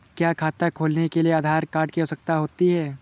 क्या खाता खोलने के लिए आधार कार्ड की आवश्यकता होती है?